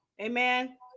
amen